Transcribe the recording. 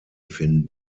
finden